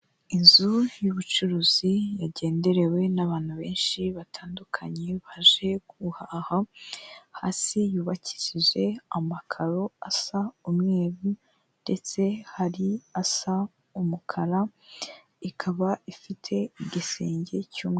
Inzu y'ubucuruzi yagenderewe n'abantu benshi batandukanye baje guhaha, hasi yubakishije amakaro asa umweru ndetse hari asa umukara, ikaba ifite igisenge cy'umweru.